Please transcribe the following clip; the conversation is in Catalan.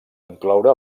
incloure